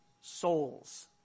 souls